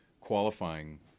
qualifying